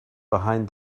behind